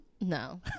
No